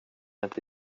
inte